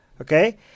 Okay